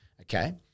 Okay